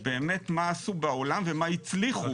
באמת מה עשו בעולם ומה הצליחו.